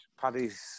Paddy's